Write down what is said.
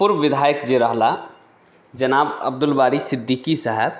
पूर्व विधायक जे रहलाह जेना अब्दुल बारी सिद्दकी साहब